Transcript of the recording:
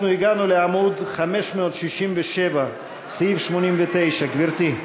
אנחנו הגענו לעמוד 567, סעיף 89. גברתי.